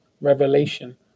revelation